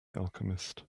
alchemist